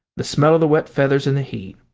the smell of the wet feathers in the heat!